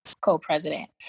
co-president